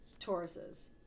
Tauruses